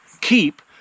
keep